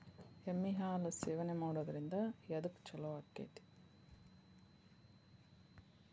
ಎಮ್ಮಿ ಹಾಲು ಸೇವನೆ ಮಾಡೋದ್ರಿಂದ ಎದ್ಕ ಛಲೋ ಆಕ್ಕೆತಿ?